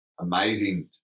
amazing